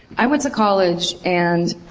i went to college and